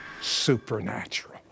Supernatural